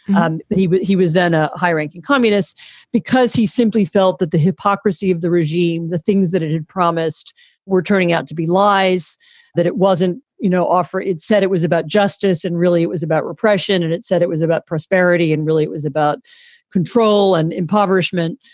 he but he was then a high-ranking communist because he simply felt that the hypocrisy of the regime, the things that it had promised were turning out to be lies that it wasn't, you know, offer. it said it was about justice and really it was about repression. and it said it was about prosperity and really it was about control and impoverishment.